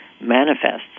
manifests